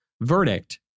verdict